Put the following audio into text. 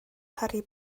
harry